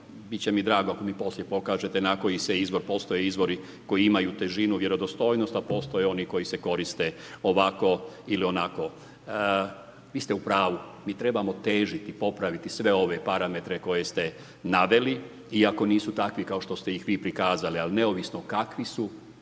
će mi drago ako mi poslije pokažete na koji se izvor, postoje izvori koji imaju težinu, vjerodostojnost, a postoje oni koji se koriste ovako ili onako. Vi ste u pravu. Mi trebamo težiti, popraviti sve ove parametre koje ste naveli, iako nisu takvi kao što ste ih vi prikazali. Ali neovisno kakvi su,